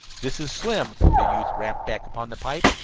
this is slim, the youth rapped back upon the pipe.